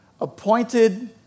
appointed